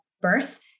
birth